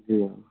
जी